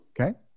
Okay